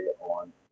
on